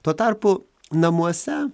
tuo tarpu namuose